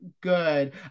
good